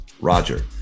roger